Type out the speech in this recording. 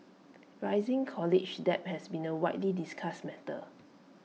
rising college debt has been A widely discussed matter